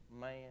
man